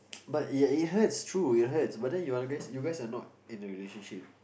but ya it hurts true it hurts but you guys are no in a relationship